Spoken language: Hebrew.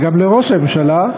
וגם לראש הממשלה,